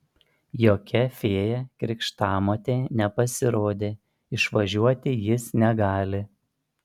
jokia fėja krikštamotė nepasirodė išvažiuoti jis negali